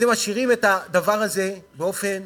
אתם משאירים את הדבר הזה באופן